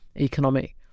economic